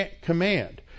command